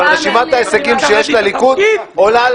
אבל רשימת ההישגים שיש לליכוד עולה על